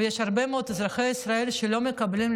ויש הרבה מאוד אזרחי ישראל שלא מקבלים,